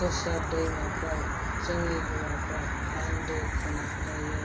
दस्रा दैमाफ्राव जोंनि हौवाफ्रा बान्दो खोना होयो